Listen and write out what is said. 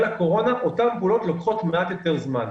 הקורונה אותן פעולות לוקחות מעט יותר זמן.